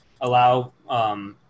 allow